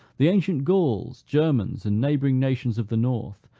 the ancient gauls, germans, and neighboring nations of the north,